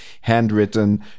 handwritten